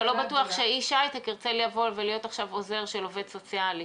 אבל לא בטוח שאיש הייטק ירצה להיות עכשיו עוזר של עובד סוציאלי.